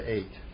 Eight